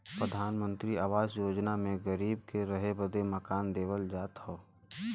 प्रधानमंत्री आवास योजना मे गरीबन के रहे बदे मकान देवल जात हौ